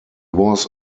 was